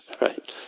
right